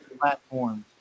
platforms